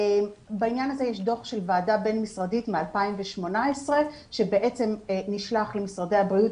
בעניין הזה יש דוח של ועדה בין-משרדית מ-2018 שנשלח למשרד הבריאות